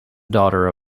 daughter